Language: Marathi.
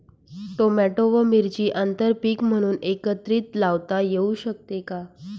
टोमॅटो व मिरची आंतरपीक म्हणून एकत्रित लावता येऊ शकते का?